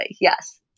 Yes